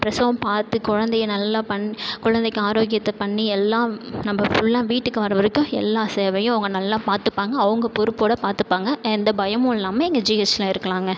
பிரசவம் பார்த்து குழந்தைய நல்லா பண் குழந்தைக்கி ஆரோக்கியத்தை பண்ணி எல்லாம் நம்ப ஃபுல்லாக வீட்டுக்கு வர வரைக்கும் எல்லா சேவையும் அவங்க நல்ல பார்த்துப்பாங்க அவங்க பொறுப்போடு பார்த்துப்பாங்க எந்த பயமும் இல்லாமல் எங்கள் ஜிஹெச்சில் இருக்கலாங்க